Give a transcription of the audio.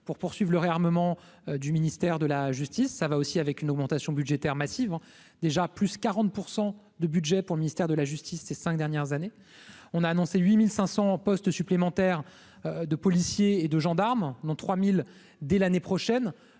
pour poursuivre le réarmement du ministère de la justice, ça va aussi avec une augmentation budgétaire massivement déjà plus 40 % de budget pour le ministère de la justice, ces 5 dernières années on a annoncé 8500 postes supplémentaires de policiers et de gendarmes, dont 3000 dès l'année prochaine